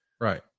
right